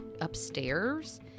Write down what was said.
upstairs